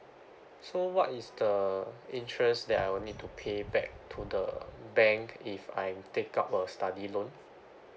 so what is the interest that I will need to pay back to the bank if I take up a study loan